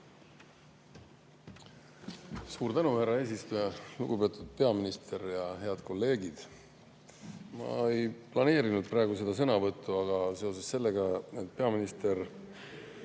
Suur tänu, härra eesistuja! Lugupeetud peaminister! Head kolleegid! Ma ei planeerinud seda sõnavõttu, aga seoses sellega, et peaminister